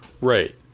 Right